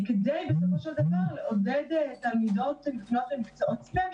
כדי לעודד בסופו של דבר תלמידות לפנות למקצועות סט"מ,